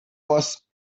was